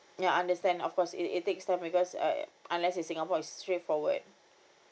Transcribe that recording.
ya understand of course it it takes time because uh unless is singapore is straightforward